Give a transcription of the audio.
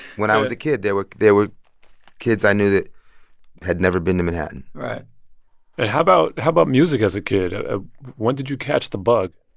when i was a kid, there were there were kids i knew that had never been to manhattan right and how about how about music as a kid? ah when did you catch the bug?